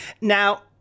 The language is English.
now